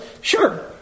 sure